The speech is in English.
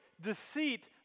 deceit